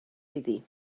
iddi